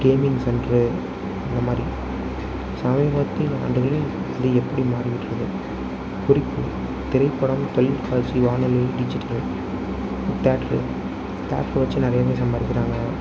cabin சென்ட்ரு அந்தமாதிரி சமீபத்தில் ஆண்டுகளில் இது எப்படி மாறிவிட்டது குறிப்பு திரைப்படம் கல்வி வளர்ச்சி வானொலி டிஜிட்டல் தியேட்டர் தியேட்டரை வச்சு நிறையவே சம்பாதிக்கிறாங்க